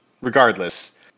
regardless